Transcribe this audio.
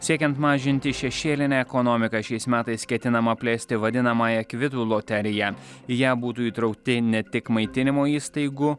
siekiant mažinti šešėlinę ekonomiką šiais metais ketinama plėsti vadinamąją kvitų loteriją į ją būtų įtraukti ne tik maitinimo įstaigų